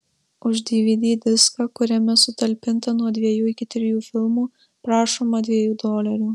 už dvd diską kuriame sutalpinta nuo dviejų iki trijų filmų prašoma dviejų dolerių